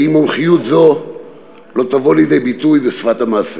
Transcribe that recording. אם מומחיות זו לא תבוא לידי ביטוי בשפת המעשה.